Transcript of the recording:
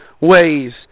ways